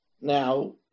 Now